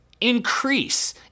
increase